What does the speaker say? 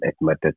admitted